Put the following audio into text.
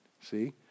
See